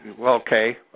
Okay